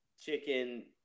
chicken